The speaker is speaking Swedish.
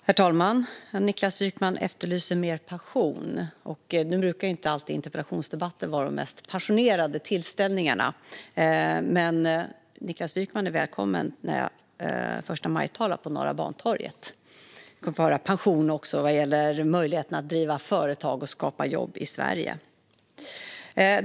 Herr talman! Niklas Wykman efterlyser mer passion. Nu brukar inte interpellationsdebatter vara de mest passionerade tillställningarna, men Niklas Wykman är välkommen när jag förstamajtalar på Norra Bantorget. Då kommer han att få höra passion också vad gäller möjligheten att driva företag och skapa jobb i Sverige.